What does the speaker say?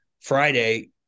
Friday